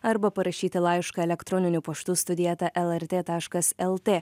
arba parašyti laišką elektroniniu paštu studija eta lrt taškas lt